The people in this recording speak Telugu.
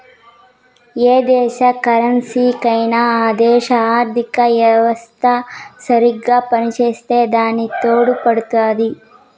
యా దేశ కరెన్సీకైనా ఆ దేశ ఆర్థిత యెవస్త సరిగ్గా పనిచేసే దాని తోడుపడుతాది